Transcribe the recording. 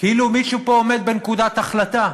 כאילו מישהו פה עומד בנקודת החלטה.